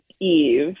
Eve